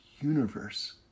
universe